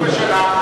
תודה.